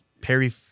Perry